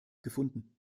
gefunden